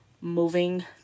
moving